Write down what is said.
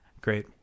great